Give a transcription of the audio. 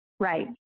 Right